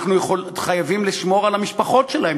אנחנו חייבים לשמור על המשפחות שלהם,